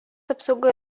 apsauga